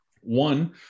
one